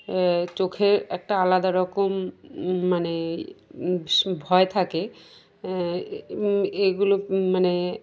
চোখের একটা আলাদা রকম মানে ভয় থাকে এগুলো মানে